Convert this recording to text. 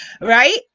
right